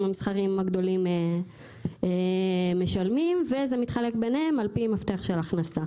המסחריים הגדולים משלמים וזה מתחלק ביניהם על פי מפתח של הכנסה.